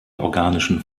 organischen